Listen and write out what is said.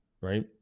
right